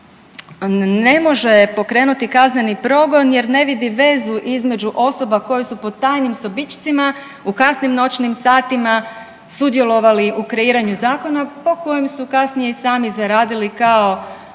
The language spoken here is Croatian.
ne može pokrenuti kazneni progon jer ne vidi vezu između osoba koje su po tajnim sobičcima u kasnim noćnim satima sudjelovali u kreiranju zakona po kojem su kasnije i sami zaradili kao